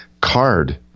card